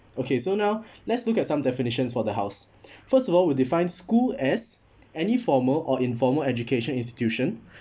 okay so now let's look at some definitions for the house first of all we define school as any formal or informal education institution